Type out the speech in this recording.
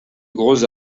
grosses